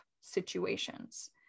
situations